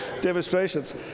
demonstrations